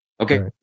okay